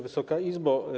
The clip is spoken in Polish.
Wysoka Izbo!